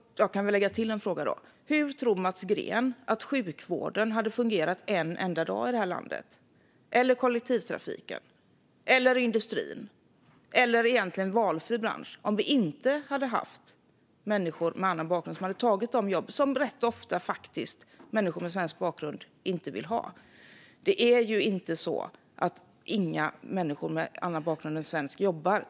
Jag kan lägga till en fråga: Tror Mats Green att sjukvården hade fungerat en enda dag i det här landet - eller kollektivtrafiken, eller industrin, eller egentligen valfri bransch - om vi inte hade haft människor med annan bakgrund som hade tagit de jobb som människor med svensk bakgrund faktiskt rätt ofta inte vill ha? Det är ju inte så att inga människor med annan bakgrund än svensk jobbar.